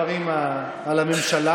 הם מתעסקים במשפט.